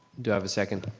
do i have a second?